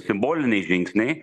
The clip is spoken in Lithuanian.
simboliniai žingsniai